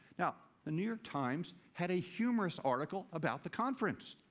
yeah the new york times had a humorous article about the conference.